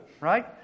right